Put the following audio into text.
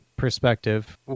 perspective